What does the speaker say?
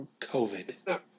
COVID